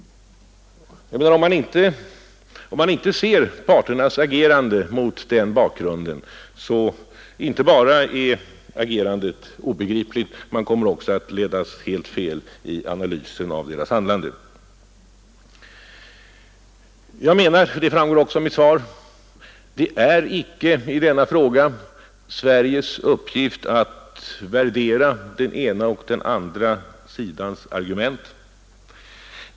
Om man inte ser parternas agerande mot den bakgrunden, så är agerandet inte bara obegripligt utan man kommer också att ledas helt fel i analysen av deras handlande. Jag menar — det framgår också av mitt svar — att det icke är Sveriges uppgift att värdera den ena eller den andra sidans argument i denna fräga.